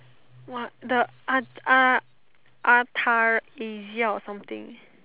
!wah! the ar~ ar~ Artariza or something